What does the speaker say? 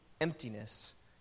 emptiness